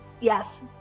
Yes